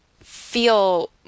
feel